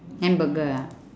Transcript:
hamburger ah